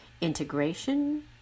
Integration